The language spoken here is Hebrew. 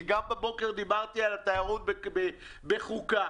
כי גם הבוקר דיברתי על התיירות בוועדת החוקה.